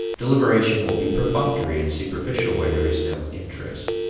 deliberation will be perfunctory and superficial where there is no interest.